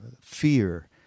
fear